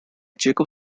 jacob